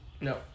No